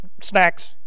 snacks